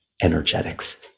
energetics